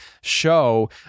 show